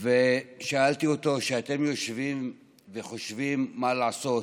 ושאלתי אותו: כשאתם יושבים וחושבים מה לעשות,